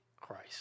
Christ